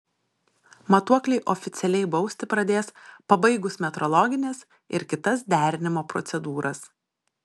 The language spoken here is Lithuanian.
matuokliai oficialiai bausti pradės pabaigus metrologines ir kitas derinimo procedūras